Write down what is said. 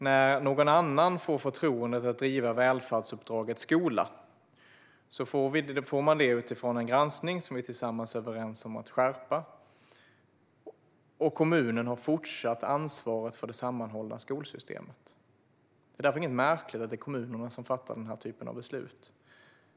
När någon får förtroendet att driva välfärdsuppdraget skola får man det utifrån en granskning som vi tillsammans är överens om att skärpa, och kommunen har fortsatt ansvaret för det sammanhållna skolsystemet. Det är därför inget märkligt att det är kommunerna som fattar den här typen av beslut.